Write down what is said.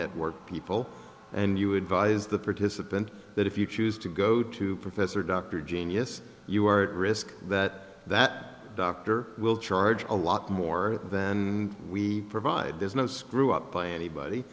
that work people and you advise the participant that if you choose to go to professor dr genius you are at risk that that doctor will charge a lot more than we provide there's no screw up by anybody